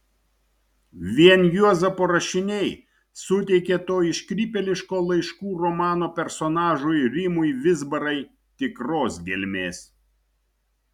vien juozapo rašiniai suteikė to iškrypėliško laiškų romano personažui rimui vizbarai tikros gelmės